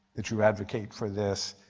that you advocate for this.